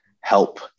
help